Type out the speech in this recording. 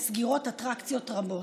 רבות,